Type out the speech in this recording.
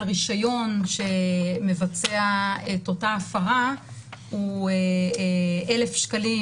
רישיון שמבצע את אותה הפרה הוא 1,000 שקלים,